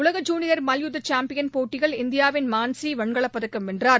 உலக ஜூனியர் மல்யுத்த சாம்பியன் போட்டியில் இந்தியாவின் மான்சி வெண்கலப்பதக்கம் வென்றார்